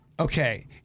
Okay